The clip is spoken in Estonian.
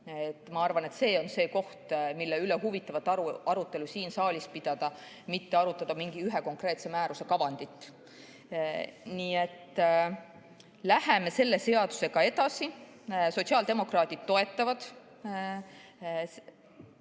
Ma arvan, et see on see koht, mille üle tuleks siin saalis huvitavat arutelu pidada, mitte arutada mingi ühe konkreetse määruse kavandit. Nii et läheme selle seadusega edasi! Sotsiaaldemokraadid toetavad